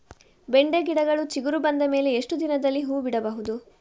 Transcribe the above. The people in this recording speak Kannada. ಬೆಂಡೆ ಗಿಡಗಳು ಚಿಗುರು ಬಂದ ಮೇಲೆ ಎಷ್ಟು ದಿನದಲ್ಲಿ ಹೂ ಬಿಡಬಹುದು?